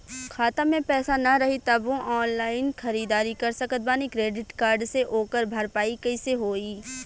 खाता में पैसा ना रही तबों ऑनलाइन ख़रीदारी कर सकत बानी क्रेडिट कार्ड से ओकर भरपाई कइसे होई?